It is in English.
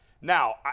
now